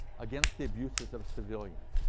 against the abuses of civilians.